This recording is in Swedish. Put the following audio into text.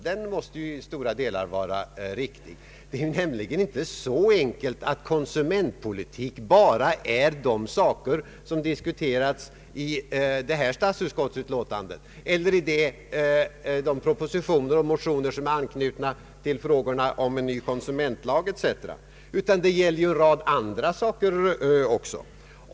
Det är nämligen inte så enkelt att konsumentpolitik bara är de saker som diskuteras i detta statsutskottsutlåtande eller i de propositioner och motioner som är knutna till frågan om en ny konsumentlag etc. Det gäller också en rad andra saker.